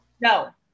No